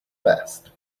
best